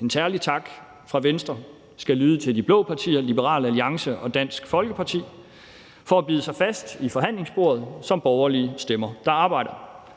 En særlig tak fra Venstre skal lyde til de blå partier Liberal Alliance og Dansk Folkeparti for at bide sig fast ved forhandlingsbordet som borgerlige stemmer, der arbejder.